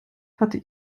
hatte